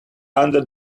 under